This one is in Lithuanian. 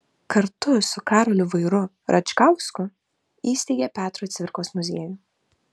kartu su karoliu vairu račkausku įsteigė petro cvirkos muziejų